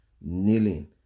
kneeling